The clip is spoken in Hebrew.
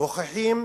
מוכיחים